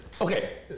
Okay